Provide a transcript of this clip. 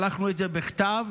שלחנו את זה בכתב.